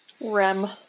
Rem